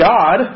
God